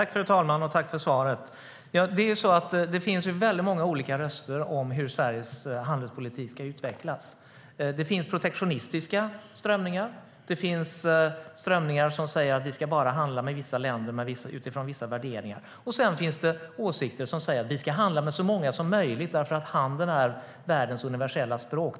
Fru talman! Jag vill tacka för svaret. Det finns många olika röster om hur Sveriges handelspolitik ska utvecklas. Det finns protektionistiska strömningar. Det finns strömningar som säger att vi bara ska handla med vissa länder, utifrån vissa värderingar, och det finns strömningar som säger att vi ska handla med så många som möjligt eftersom handeln är världens universella språk.